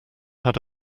had